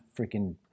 freaking